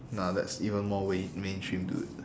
nah that's even more way mainstream dude